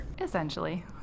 Essentially